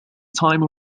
time